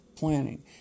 planning